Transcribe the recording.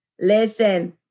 listen